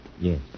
Yes